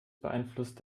beeinflusst